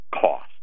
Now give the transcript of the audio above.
cost